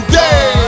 day